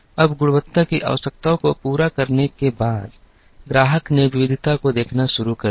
अब गुणवत्ता की आवश्यकताओं को पूरा करने के बाद ग्राहक ने विविधता को देखना शुरू कर दिया